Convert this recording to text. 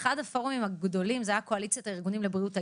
אחד הפורומים הגדולים הוא קואליציית הארגונים לבריאות האישה.